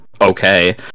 okay